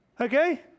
Okay